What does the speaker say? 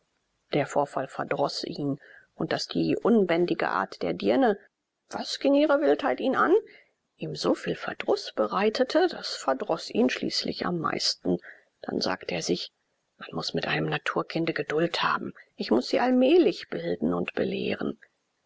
der vorfall verdroß ihn und daß die ungebändigte art der dirne was ging ihre wildheit ihn an ihm so viel verdruß bereitete das verdroß ihn schließlich am meisten dann sagte er sich man muß mit einem naturkinde geduld haben ich muß sie allmählich bilden und belehren